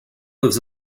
lives